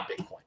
Bitcoin